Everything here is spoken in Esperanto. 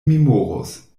memoros